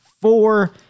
four